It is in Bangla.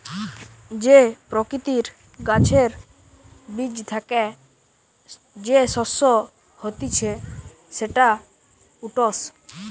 যে প্রকৃতির গাছের বীজ থ্যাকে যে শস্য হতিছে সেটা ওটস